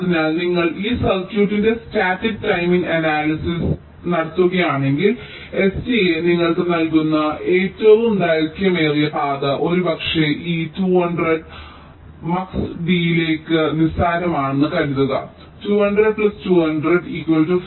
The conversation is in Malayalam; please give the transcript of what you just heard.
അതിനാൽ നിങ്ങൾ ഈ സർക്യൂട്ടിന്റെ സ്റ്റാറ്റിക് ടൈമിംഗ് അനാലിസിസ് നടത്തുകയാണെങ്കിൽ STA നിങ്ങൾക്ക് നൽകുന്ന ഏറ്റവും ദൈർഘ്യമേറിയ പാത ഒരുപക്ഷേ ഈ 200 MUX ഡിലേയ് നിസ്സാരമെന്ന് കരുതുക 200 200 400